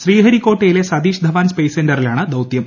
ശ്രീഹരിക്കോട്ടയിലെ Satish Dhawan space സെന്ററിലാണ് ദൌത്യം